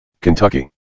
Kentucky